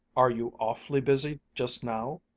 are you awfully busy just now?